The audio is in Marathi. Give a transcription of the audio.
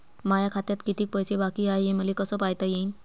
माया खात्यात कितीक पैसे बाकी हाय हे मले कस पायता येईन?